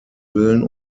willen